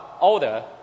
older